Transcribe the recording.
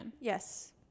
Yes